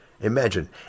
Imagine